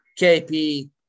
KP